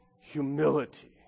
humility